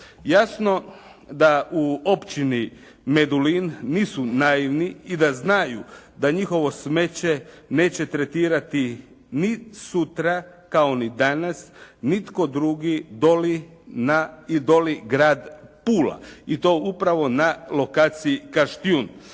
Jasno da u općini Medulin nisu naivni i da znaju da njihovo smeće neće tretirati ni sutra kao ni danas nitko drugi doli grad Pula i to upravo na lokaciji Kaštjun.